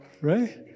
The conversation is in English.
right